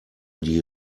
die